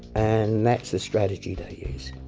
and that's the strategy they use.